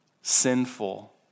sinful